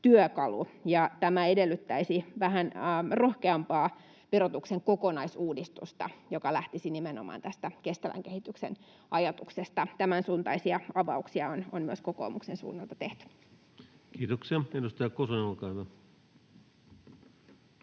tämä edellyttäisi vähän rohkeampaa verotuksen kokonaisuudistusta, joka lähtisi nimenomaan tästä kestävän kehityksen ajatuksesta. Tämän suuntaisia avauksia on myös kokoomuksen suunnalta tehty. [Speech 451] Speaker: